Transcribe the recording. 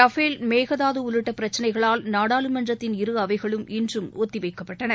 Rafale Mekedatu உள்ளிட்ட பிரச்சினைகளால் நாடாளுமன்றத்தின் இருஅவைகளும் இன்றும் ஒத்திவைக்கப்பட்டன